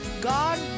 God